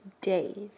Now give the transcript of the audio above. days